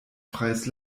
freies